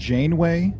Janeway